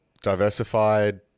diversified